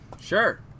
Sure